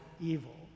evil